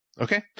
okay